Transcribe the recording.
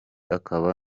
akaba